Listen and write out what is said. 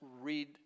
read